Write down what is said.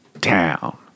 town